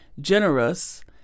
generous